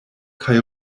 kaj